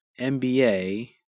NBA